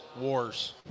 wars